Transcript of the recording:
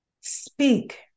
speak